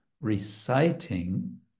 reciting